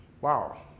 wow